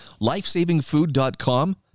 LifesavingFood.com